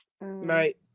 right